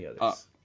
others